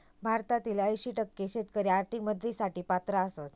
भारतातील ऐंशी टक्के शेतकरी आर्थिक मदतीसाठी पात्र आसत